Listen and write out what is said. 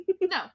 no